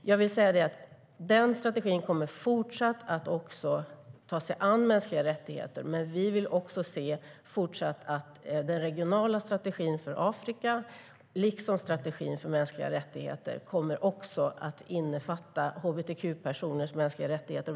Denna strategi kommer fortsättningsvis att ta sig Vid protokollet ANDERS NORIN /Eva-Lena Ekman mänskliga rättigheter. Men vi vill också fortsättningsvis se att den regionala strategin för Afrika liksom strategin för mänskliga rättigheter kommer att innefatta hbtq-personers mänskliga rättigheter.